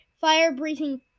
fire-breathing